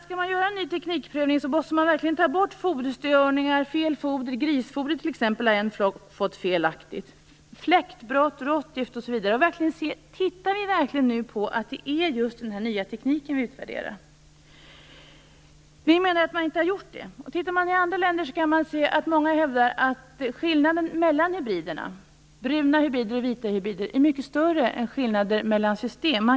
Skall man göra ny teknikprovning måste man verkligen försöka undvika foderstörningar och fel foder. En flock har t.ex. felaktigt fått grisfoder. Man måste försöka undvika fläktbrott, råttgift osv. Man måste fråga sig om det verkligen är den nya tekniken man utvärderar. Vi menar att man inte har gjort det. I andra länder hävdar många att skillnaden mellan hybriderna, bruna och vita hybrider, är mycket större än skillnaden mellan system.